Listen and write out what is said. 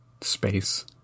space